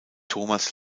thomas